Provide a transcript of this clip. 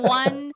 one